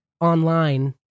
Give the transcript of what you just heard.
online